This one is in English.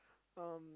um